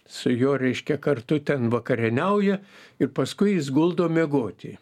su juo reiškia kartu ten vakarieniauja ir paskui jis guldo miegoti